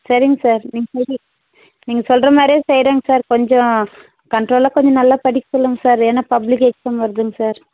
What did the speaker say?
சரிங்க சார் நீங்கள் சொல்கிற நீங்கள் சொல்கிற மாதிரியே செய்கிறேங்க சார் கொஞ்சம் கன்ட்ரோலாக கொஞ்சம் நல்லா படிக்கச் சொல்லுங்கள் சார் ஏன்னால் பப்ளிக் எக்ஸாம் வருதுங்க சார்